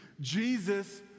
Jesus